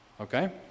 Okay